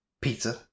Pizza